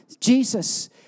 Jesus